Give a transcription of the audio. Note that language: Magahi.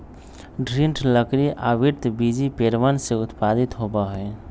दृढ़ लकड़ी आवृतबीजी पेड़वन से उत्पादित होबा हई